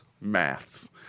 Maths